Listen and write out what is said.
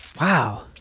Wow